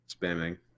spamming